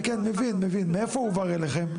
כן, כן, מבין, מבין, מאיפה הועבר אליכם?